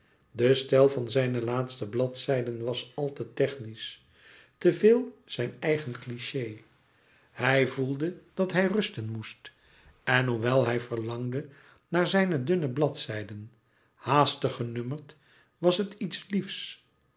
de stijl van zijne laatste bladzijden was al te technisch te veel zijn eigen cliché hij voelde dat hij rusten moest en hoewel hij verlangde naar zijne dunne bladzijden haastig genummerd was het iets liefs